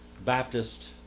Baptist